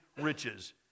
riches